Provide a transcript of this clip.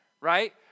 right